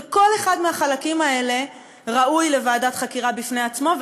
וכל אחד מהחלקים האלה ראוי לוועדת חקירה בפני עצמו.